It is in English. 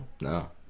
No